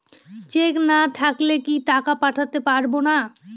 Check না থাকলে কি টাকা পাঠাতে পারবো না?